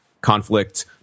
conflict